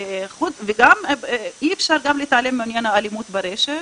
וגם אי אפשר להתעלם מעניין האלימות ברשת.